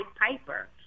Piper